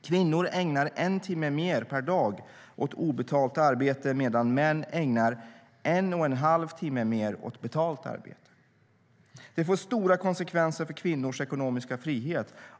Kvinnor ägnar en timme mer per dag åt obetalt arbete medan män ägnar en och en halv timme mer åt betalt arbete. Det får stora konsekvenser för kvinnors ekonomiska frihet.